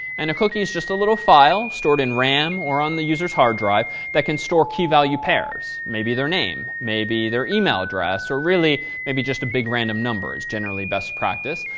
and a cookie is just a little file stored in ram or on the user's hard drive that can store key value pairs, maybe their name, maybe their email address, or really maybe just a big random numbers, generally best practice.